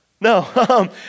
No